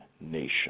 nation